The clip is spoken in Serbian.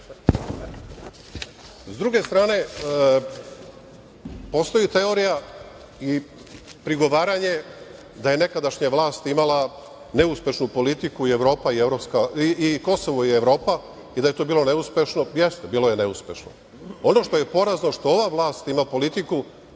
druge strane, postoji teorija i prigovaranje da je nekadašnja vlast imala neuspešnu politiku, i Kosovo i Evropa, i da je to bilo neuspešno. Jeste, bilo je neuspešno. Ono što je porazno je što ova vlast ima politiku